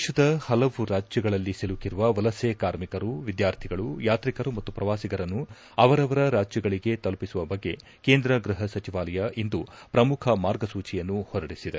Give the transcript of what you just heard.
ದೇಶದ ಹಲವು ರಾಜ್ಯಗಳಲ್ಲಿ ಸಿಲುಕಿರುವ ವಲಸೆ ಕಾರ್ಮಿಕರು ವಿದ್ಯಾರ್ಥಿಗಳು ಯಾತ್ರಿಕರು ಮತ್ತು ಪ್ರವಾಸಿಗರನ್ನು ಅವರವರ ರಾಜ್ಯಗಳಿಗೆ ತಲುಪಿಸುವ ಬಗ್ಗೆ ಕೇಂದ್ರ ಗೃಹ ಸಚಿವಾಲಯ ಇಂದು ಪ್ರಮುಖ ಮಾರ್ಗಸೂಚಿಯನ್ನು ಹೊರಡಿಸಿದೆ